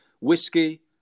whiskey